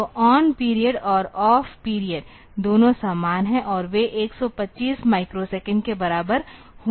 तो on period और off period दोनों सामान है और वे 125 माइक्रोसेकंड के बराबर होने जा रहे हैं